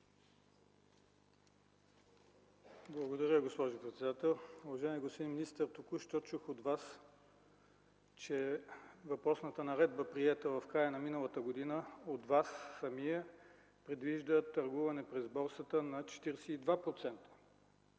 Благодаря, госпожо председател. Уважаеми господин министър, току-що чух от Вас, че въпросната наредба, приета в края на миналата година от Вас самия, предвижда търгуване през борсата на 42%,